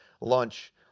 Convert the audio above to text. lunch